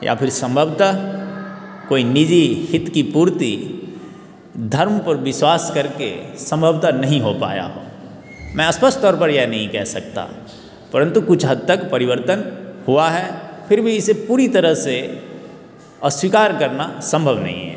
या फिर संभवतः कोई निजी हित की पूर्ति धर्म पर विश्वास कर के संभवतः नहीं हो पाया हो मैं स्पष्ट तौर पर यह नहीं कह सकता परंतु कुछ हद्द तक परिवर्तन हुआ है फिर भी इसे पूरी तरह से अस्वीकार करना संभव नहीं है